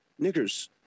niggers